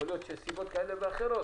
יכולות להיות סיבות כאלה ואחרות.